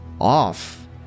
off